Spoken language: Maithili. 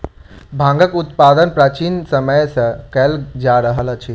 भांगक उत्पादन प्राचीन समय सॅ कयल जा रहल अछि